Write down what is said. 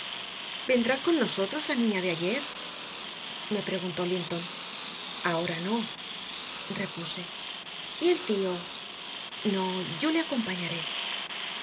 vendrá con nosotros la niña de ayer me preguntó linton ahora no repuse y el tío no yo le acompañaré